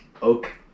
Oak